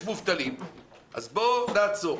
יש מובטלים אז בואו נעצור.